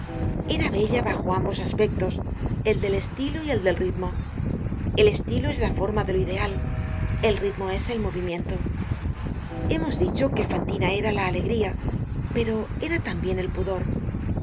era bella bajo ambos aspectos el del estilo y el del ritmo el estilo es la forma de lo ideal el ritmo es el movimiento hemos dicho que fantina era la alegría pero era tambien el pudor